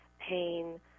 pain